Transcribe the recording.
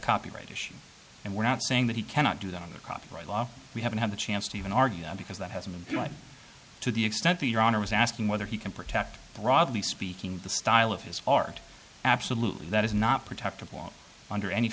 copyright issue and we're not saying that he cannot do that under copyright law we haven't had the chance to even argue that because that hasn't been to the extent that your honor was asking whether he can protect broadly speaking the style of his art absolutely that is not protected want under any